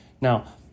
Now